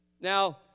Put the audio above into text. Now